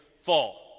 fall